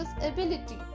ability